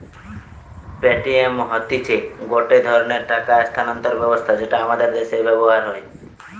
Paytm হতিছে গটে ধরণের টাকা স্থানান্তর ব্যবস্থা যেটা আমাদের দ্যাশে ব্যবহার হয়